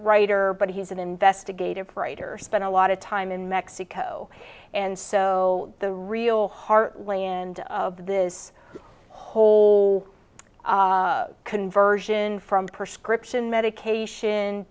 writer but he's an investigative writer spent a lot of time in mexico and so the real heartland of this whole conversion from prescription medication